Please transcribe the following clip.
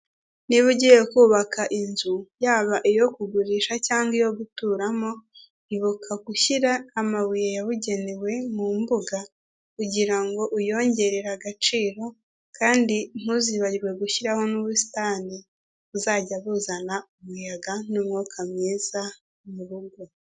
Niba ugiye kubaka inzu, yaba iyo kugurisha cyangwa guturamo, ibuka gushyira amabuye yabugenewe mu mbuga kugira ngo uyongerere agaciro kandi ntuzibagirwe gushyiraho n'ubusitani buzajya buzana umuyaga n'umwuka mwiza mu rugo.